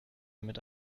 damit